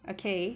okay